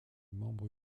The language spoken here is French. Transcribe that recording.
membres